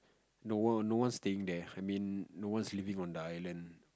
no one no one staying there I mean not one is living on the island